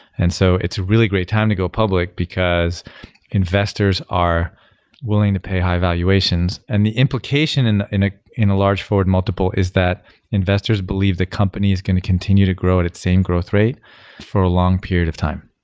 and so, it's a really great time to go public because investors are willing to pay high valuations. and the implication in in ah a large forward multiple is that investors believe the company is going to continue to grow at its same growth rate for a long period of time.